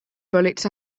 bullets